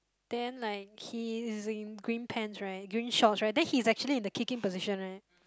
then like he is in green pants right green shorts right then he's actually in a kicking position right